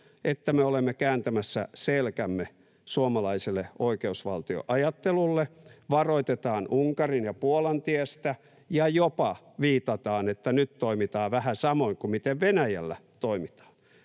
että me olemme kääntämässä selkämme suomalaiselle oikeusvaltioajattelulle — varoitetaan Unkarin ja Puolan tiestä ja jopa viitataan, että nyt toimitaan vähän samoin kuin miten Venäjällä toimitaan.